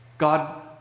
God